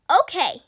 Okay